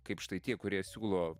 kaip štai tie kurie siūlo